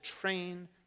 train